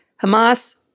Hamas